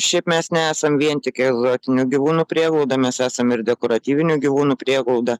šiaip mes nesam vien tik egzotinių gyvūnų prieglauda mes esam ir dekoratyvinių gyvūnų prieglauda